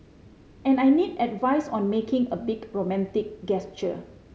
and I need advice on making a big romantic gesture